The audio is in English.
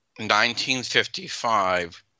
1955